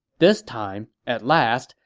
this time, at last,